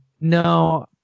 no